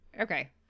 Okay